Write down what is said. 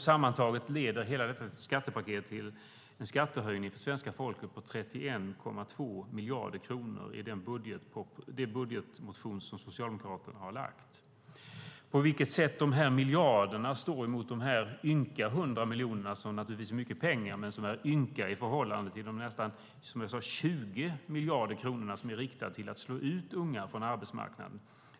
Sammantaget leder hela detta skattepaket i Socialdemokraternas budgetmotion till en skattehöjning för svenska folket på 31,2 miljarder kronor. De 100 miljonerna är naturligtvis mycket pengar men ynka i förhållande till de nästan 20 miljarder kronorna som är riktade till att slå ut unga från arbetsmarknaden.